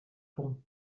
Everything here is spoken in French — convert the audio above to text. ponts